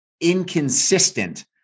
inconsistent